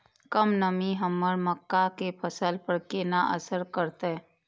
कम नमी हमर मक्का के फसल पर केना असर करतय?